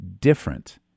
different